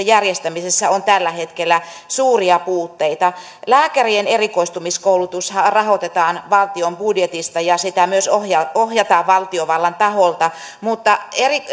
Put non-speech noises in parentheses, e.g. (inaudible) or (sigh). (unintelligible) järjestämisessä on tällä hetkellä suuria puutteita lääkärien erikoistumiskoulutushan rahoitetaan valtion budjetista ja sitä myös ohjataan valtiovallan taholta mutta